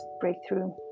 breakthrough